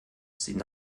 sieht